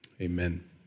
amen